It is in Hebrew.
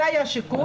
זה היה השיקול.